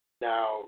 Now